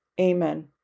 amen